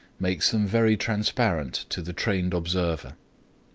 makes them very transparent to the trained observer.